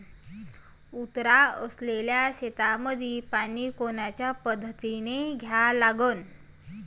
उतार असलेल्या शेतामंदी पानी कोनच्या पद्धतीने द्या लागन?